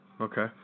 okay